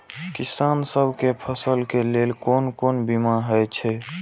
किसान सब के फसल के लेल कोन कोन बीमा हे छे?